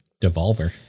Devolver